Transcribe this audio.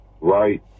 Right